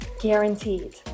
Guaranteed